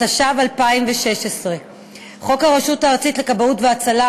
התשע"ו 2016. חוק הרשות הארצית לכבאות והצלה,